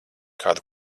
kādu